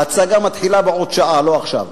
ההצגה מתחילה בעוד שעה, לא עכשיו.